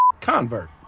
convert